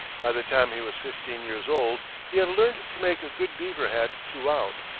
by the time he was fifteen years old he had learned to make a good beaver hat throughout,